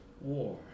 War